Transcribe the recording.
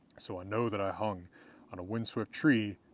so i know that i hung on a windswept tree,